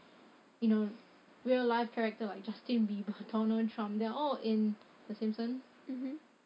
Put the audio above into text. you know real life character like justin bieber donald trump they are all in the simpsons